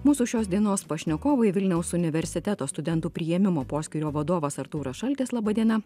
mūsų šios dienos pašnekovai vilniaus universiteto studentų priėmimo poskyrio vadovas artūras šaltis laba diena